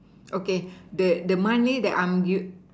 okay the the money that I'm give